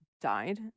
died